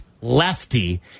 Lefty